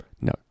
No